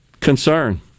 concern